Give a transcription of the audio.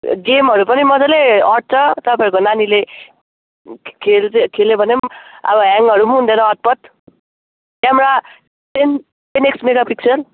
गेमहरू पनि मजाले आँट्छ तपाईँको नानीले खेल्छ खेल्यो भने पनि अब ह्याङहरू पनि हुँदैन हतपत camera ten X mega pixel